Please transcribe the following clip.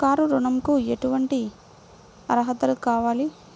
Car ఋణంకి ఎటువంటి అర్హతలు కావాలి?